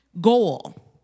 goal